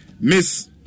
Miss